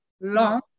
long